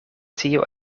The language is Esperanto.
tio